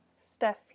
Steph